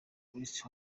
chris